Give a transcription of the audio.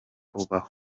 ubaho